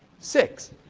six.